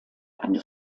eine